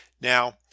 Now